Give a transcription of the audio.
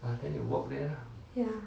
ya